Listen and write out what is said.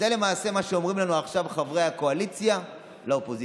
זה למעשה מה שאומרים עכשיו חברי הקואליציה לאופוזיציה.